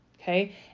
okay